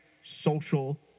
social